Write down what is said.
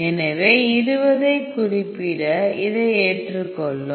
எனவே 20 ஐக் குறிப்பிட இதை ஏற்றுக்கொள்ளும்